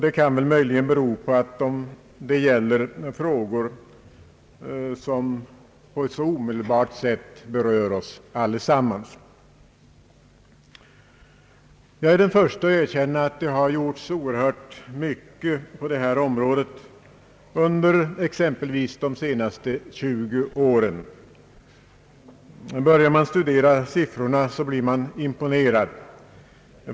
Detta kan väl möjligen bero på att det gäller frågor som på ett så omedelbart sätt berör oss alla. Jag är den förste att erkänna att det har gjorts oerhört mycket på detta område under exempelvis de senaste 20 åren. Om man börjar studera siffrorna blir man imponerad.